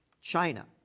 China